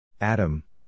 Adam